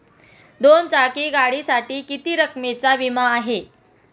दोन चाकी गाडीसाठी किती रकमेचा विमा आहे?